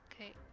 okay